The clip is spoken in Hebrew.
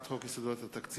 אנחנו ממשיכים בסדר-היום.